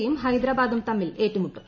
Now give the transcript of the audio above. സിയും ഹൈദരാബാദും തമ്മിൽ ഏറ്റുമുട്ടും